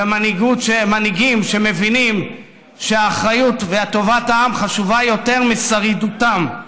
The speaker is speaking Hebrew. ומנהיגים שמבינים שהאחריות וטובת העם חשובות יותר משרידותם,